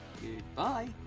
Goodbye